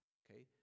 okay